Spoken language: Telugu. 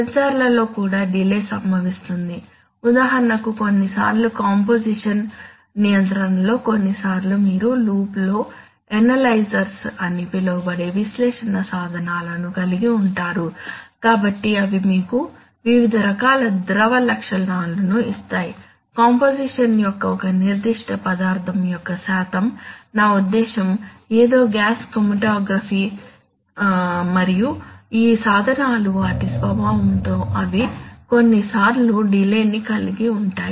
సెన్సార్లలో కూడా డిలే సంభవిస్తుంది ఉదాహరణకు కొన్నిసార్లు కంపోసిషన్ నియంత్రణలో కొన్నిసార్లు మీరు లూప్లో ఎనలైజర్స్ అని పిలువబడే విశ్లేషణ సాధనాలను కలిగి ఉంటారు కాబట్టి అవి మీకు వివిధ రకాల ద్రవ లక్షణాలను ఇస్తాయి కంపోసిషన్ యొక్క ఒక నిర్దిష్ట పదార్ధం యొక్క శాతం నా ఉద్దేశ్యం ఏదో గ్యాస్ క్రోమాటోగ్రాఫ్ మరియు ఈ సాధనాలు వాటి స్వభావంతో అవి కొన్నిసార్లు డిలే ని కలిగి ఉంటాయి